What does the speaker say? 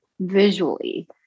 visually